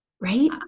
right